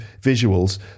visuals